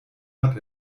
hat